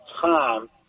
time